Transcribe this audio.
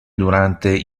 durante